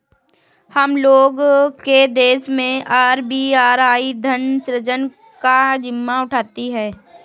हम लोग के देश मैं आर.बी.आई धन सृजन का जिम्मा उठाती है